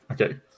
Okay